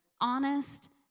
honest